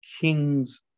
Kings